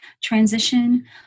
transition